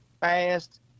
fast